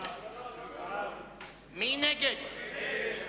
ההסתייגויות של חבר הכנסת יעקב אדרי לסעיף 13,